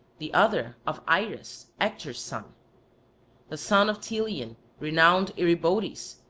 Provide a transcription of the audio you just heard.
the other of irus, actor's son the son of teleon renowned eribotes,